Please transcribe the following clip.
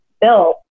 built